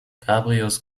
cabrios